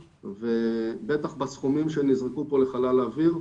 בטח בסכומים שנזרקו פה לחלל האוויר,